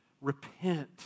repent